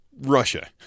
Russia